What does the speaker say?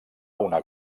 una